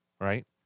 Right